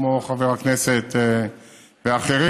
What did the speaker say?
כמו חברי הכנסת ואחרים,